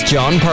John